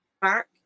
back